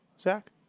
Zach